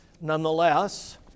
nonetheless